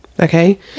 Okay